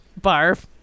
Barf